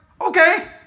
Okay